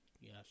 Yes